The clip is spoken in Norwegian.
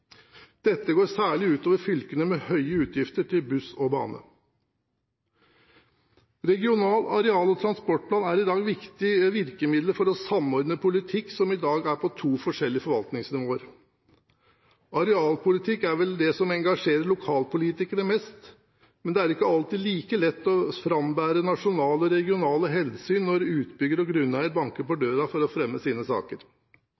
Dette går særlig ut over fylkene med høye utgifter til buss og bane. Regionale areal- og transportplaner er viktige virkemidler for å samordne politikk som i dag er på to forskjellige forvaltningsnivåer. Arealpolitikk er vel det som engasjerer lokalpolitikere mest, men det er ikke alltid like lett å frambære nasjonale og regionale hensyn når utbygger og grunneier banker på døren for å fremme sine saker.